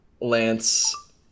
Lance